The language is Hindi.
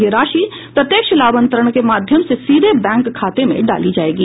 यह राशि प्रत्यक्ष लाभ अंतरण के माध्यम से सीधे बैंक खाते में डाली जाएगी